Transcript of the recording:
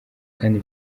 kandi